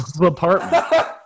apartment